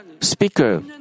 Speaker